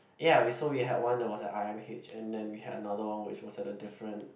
ya we so we had one that was at I_M_H and then we had another one which was at a different